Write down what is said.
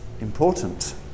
important